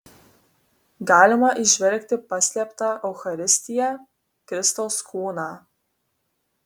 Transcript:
galima įžvelgti paslėptą eucharistiją kristaus kūną